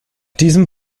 diesem